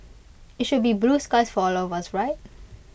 IT should be blue skies for all of us right